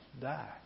die